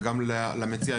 וגם למציע,